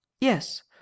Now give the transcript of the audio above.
Yes